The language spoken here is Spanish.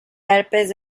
alpes